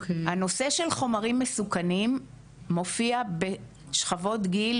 הנושא של חומרים מסוכנים מופיע בשכבות גיל,